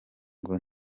ngo